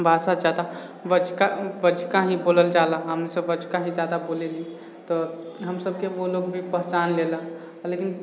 भाषा जादा वज्जिका वज्जिका ही बोलल जाला हमसभ वज्जिका ही जादा बोलली तऽ हमसभके ओ लोग भी पहचानि लेलक लेकिन